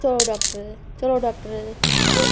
चलो डाक्टरै दे चलो डाक्टरै दै ते